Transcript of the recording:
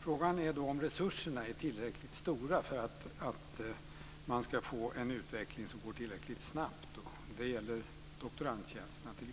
Frågan är då om resurserna är tillräckligt stora för att man ska få en utveckling som går tillräckligt snabbt då det gäller t.ex. doktorandtjänsterna.